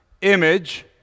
image